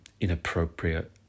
inappropriate